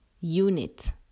unit